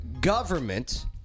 government